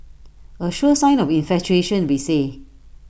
A sure sign of infatuation we say